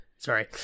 Sorry